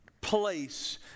place